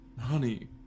Honey